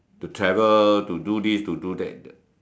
to travel to do this to do that